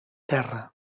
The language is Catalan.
terra